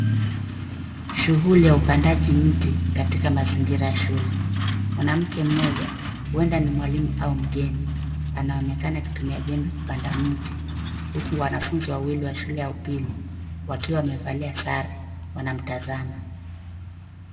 Shughuli ya upandaji mti katika mazingira ya shule mwanamke mmoja huenda ni mwalimu au mgeni anaonekana akitumia jembe kupanda mti huku wanafunzi wawili wa shule ya upili wakiwa wamevalia sare wanamtazama.